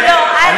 באמת,